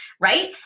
right